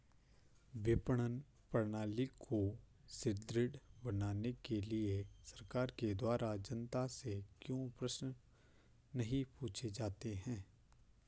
विपणन प्रणाली को सुदृढ़ बनाने के लिए सरकार के द्वारा जनता से क्यों प्रश्न नहीं पूछे जाते हैं?